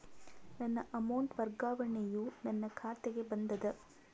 ನನ್ನ ಅಮೌಂಟ್ ವರ್ಗಾವಣೆಯು ನನ್ನ ಖಾತೆಗೆ ಬಂದದ